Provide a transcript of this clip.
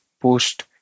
post